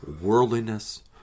worldliness